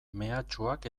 mehatxuak